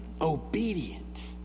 obedient